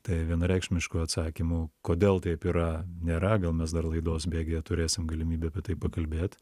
tai vienareikšmiškų atsakymų kodėl taip yra nėra gal mes dar laidos bėgyje turėsim galimybę apie tai pakalbėt